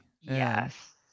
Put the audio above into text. Yes